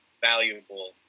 valuable